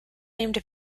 named